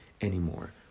anymore